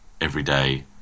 everyday